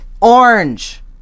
Orange